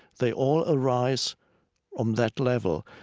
they all arise on that level.